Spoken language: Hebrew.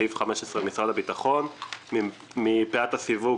מפאת הסיווג,